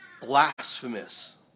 blasphemous